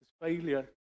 Failure